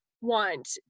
want